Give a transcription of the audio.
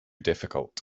difficult